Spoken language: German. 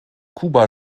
kuba